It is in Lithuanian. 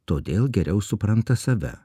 todėl geriau supranta save